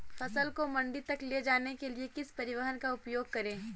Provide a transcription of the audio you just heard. फसल को मंडी तक ले जाने के लिए किस परिवहन का उपयोग करें?